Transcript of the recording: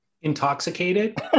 Intoxicated